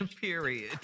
Period